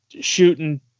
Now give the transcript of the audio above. shooting